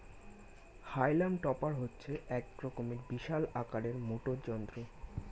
হাইলাম টপার হচ্ছে এক রকমের বিশাল আকারের মোটর যন্ত্র